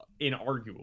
inarguable